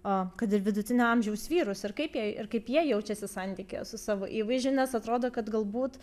a kad ir vidutinio amžiaus vyrus ir kaip jie ir kaip jie jaučiasi santykyje su savo įvaizdžiu nes atrodo kad galbūt